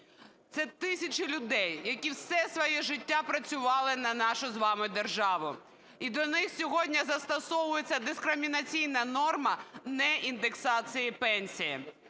Це тисячі людей, які все своє життя працювали на нашу з вами державу, і до них сьогодні застосовується дискримінаційна норма не індексації пенсії.